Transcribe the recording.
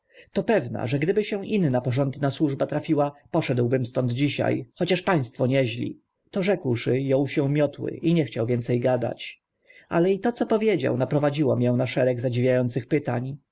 to pewna że gdyby się inna porządna służba trafiła poszedłbym stąd dzisia chociaż państwo nieźli to rzekłszy ął się miotły i nie chciał więce gadać ale i to co powiedział naprowa wierzenia dziło mię na szereg zadziwia ących pytań